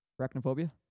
Arachnophobia